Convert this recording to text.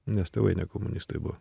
nes tėvai ne komunistai buvo